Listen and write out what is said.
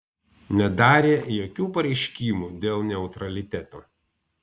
nedarė jokių pareiškimų dėl neutraliteto